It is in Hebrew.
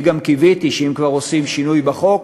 אני גם קיוויתי שאם כבר עושים שינוי בחוק,